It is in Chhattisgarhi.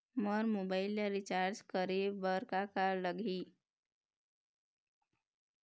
मोर मोबाइल ला रिचार्ज करे बर का का लगही?